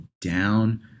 down